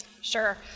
Sure